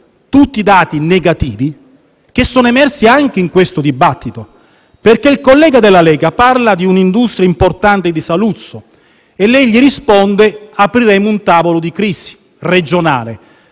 Tutti dati negativi che sono emersi anche in questo dibattito. Il collega della Lega ha parlato di un'industria importante di Saluzzo e lei ha risposto che aprirete un tavolo di crisi regionale.